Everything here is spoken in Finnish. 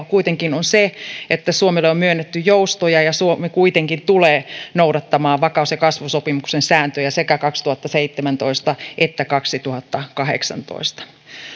kuitenkin on se että suomelle on myönnetty joustoja ja suomi kuitenkin tulee noudattamaan vakaus ja kasvusopimuksen sääntöjä sekä kaksituhattaseitsemäntoista että kaksituhattakahdeksantoista